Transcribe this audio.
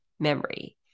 Memory